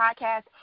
podcast